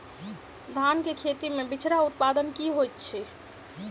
धान केँ खेती मे बिचरा उत्पादन की होइत छी?